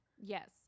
yes